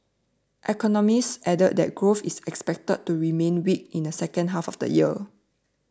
economists added that growth is expected to remain weak in the second half of the year